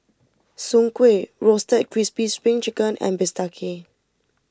Soon Kuih Roasted Crispy Spring Chicken and Bistake